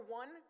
one